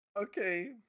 okay